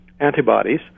antibodies